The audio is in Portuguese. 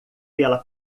pela